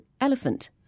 elephant